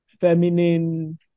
feminine